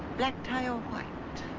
black tie or white?